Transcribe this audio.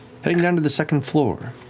heading down to the second floor,